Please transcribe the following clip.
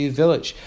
village